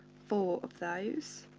four of those.